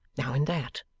now in that,